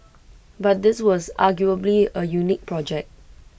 but this was arguably A unique project